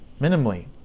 minimally